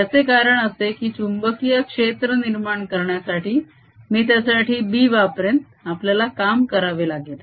त्याचे कारण असे की चुंबकीय क्षेत्र निर्माण करण्यासाठी मी त्यासाठी B वापरेन आपल्याला काम करावे लागेल